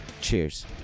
cheers